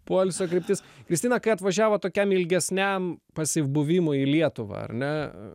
poilsio kryptis kristina kai atvažiavot tokiam ilgesniam pasibuvimui į lietuvą ar ne